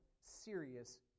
serious